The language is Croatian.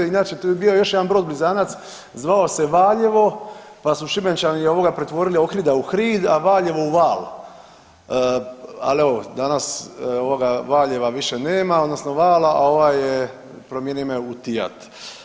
Inače tu je bio još jedan brod blizanac zvao se VAljevo pa su Šibenčani pretvorili Ohrida u Hrid, a Valjevo u Val, ali evo danas Valjeva više nema odnosno Vala, a ovaj je promijenio ime u Tijat.